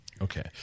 Okay